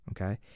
Okay